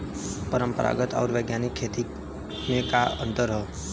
परंपरागत आऊर वैज्ञानिक खेती में का अंतर ह?